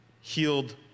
healed